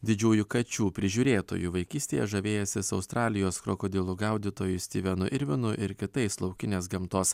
didžiųjų kačių prižiūrėtoju vaikystėje žavėjęsis australijos krokodilų gaudytoju styvenu irvinu ir kitais laukinės gamtos